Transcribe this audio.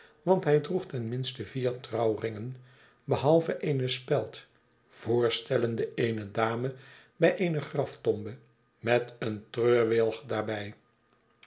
want hij droeg ten minste vier rouwringen behalve eene speld voorstellende eene dame bij eene graftombe met een treurwilg daarbij